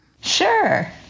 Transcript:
Sure